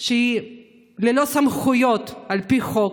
שהיא ללא סמכויות על פי חוק,